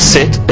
Sit